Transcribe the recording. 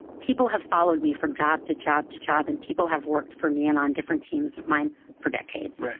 people have followed me from job to job to job. and people have worked for me and on different teams of mine for decades. right.